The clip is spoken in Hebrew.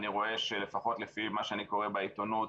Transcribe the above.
אני רואה שלפחות לפי מה שאני קורא בעיתונות,